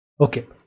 okay